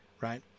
right